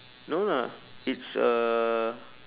no lah it's uh